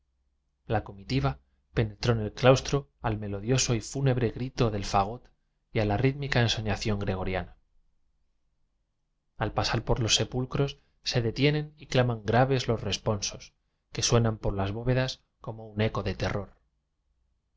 la comitiva penetró en el claustro al melodioso y fúnebre grifo del fagot y a la rítmica ensoñación gregoriana ai pasar por los sepulcros se detienen y claman graves los responsos que resuenan por las bóvedas como un eco de terror